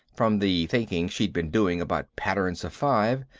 from the thinking she'd been doing about patterns of five,